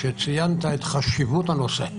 שציינת את חשיבות הנושא.